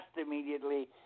immediately